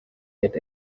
get